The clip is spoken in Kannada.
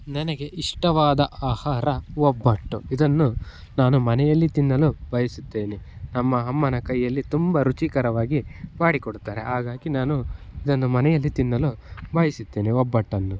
ನನಗೆ ಇಷ್ಟವಾದ ಆಹಾರ ಒಬ್ಬಟ್ಟು ಇದನ್ನು ನಾನು ಮನೆಯಲ್ಲಿ ತಿನ್ನಲು ಬಯಸುತ್ತೇನೆ ನಮ್ಮಅಮ್ಮನ ಕೈಯಲ್ಲಿ ತುಂಬ ರುಚಿಕರವಾಗಿ ಮಾಡಿಕೊಡ್ತಾರೆ ಹಾಗಾಗಿ ನಾನು ಇದನ್ನು ಮನೆಯಲ್ಲಿ ತಿನ್ನಲು ಬಯಸುತ್ತೇನೆ ಒಬ್ಬಟ್ಟನ್ನು